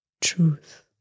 truth